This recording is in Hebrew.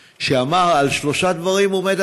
שאמר: על שלושה דברים העולם עומד,